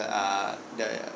err the